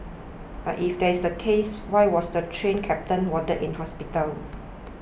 but if that's the case why was the Train Captain warded in hospital